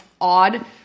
Odd